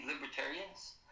libertarians